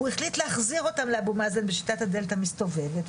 הוא החליט להחזיר אותם לאבו-מאזן בשיטת הדלת המסתובבת.